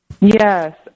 Yes